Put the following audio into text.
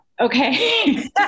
okay